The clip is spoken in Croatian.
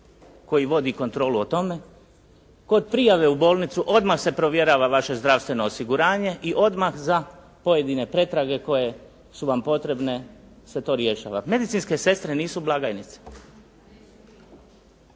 koji vodi kontrolu o tome. Kod prijave u bolnicu odmah se provjerava vaše zdravstveno osiguranje i odmah za pojedine pretrage koje su vam potrebne se to rješava. Medicinske sestre nisu blagajnice.